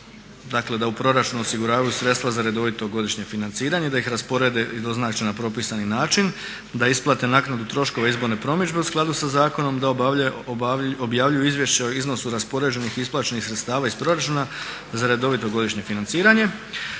dakle da u proračun osiguravaju sredstva za redovito godišnje financiranje i da ih rasporede i doznače na propisani način, da isplate naknadu troškova izborne promidžbe u skladu sa zakonom, da objavljuju izvješća o iznosu raspoređenih i isplaćenih sredstava iz proračuna za redovito godišnje financiranje